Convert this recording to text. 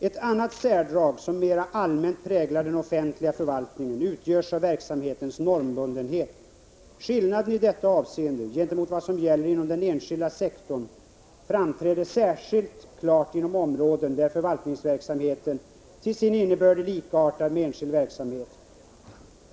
”Ett annat särdrag, som mera allmänt präglar den offentliga förvaltningen, utgörs av verksamhetens normbundenhet. Skillnaden i detta avseende gentemot vad som gäller inom den enskilda sektorn framträder särskilt klart inom områden, där förvaltningsverksamheten till sin innebörd är likartad med enskild verksamhet.